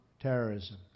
terrorism